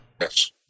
Yes